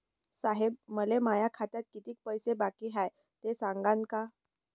साहेब, मले माया खात्यात कितीक पैसे बाकी हाय, ते सांगान का?